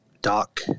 doc